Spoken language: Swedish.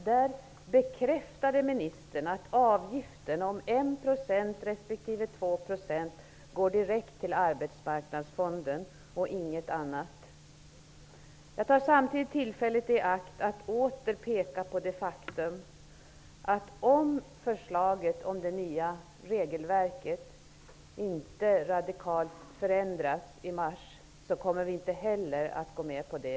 Där bekräftade ministern att avgiften på l % respektive 2 % går direkt till Jag tar samtidigt tillfället i akt att åter peka på det faktum att om förslaget om det nya regelverket inte radikalt förändras i mars, kommer vi inte heller då att gå med på det.